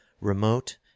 remote